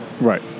Right